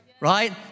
Right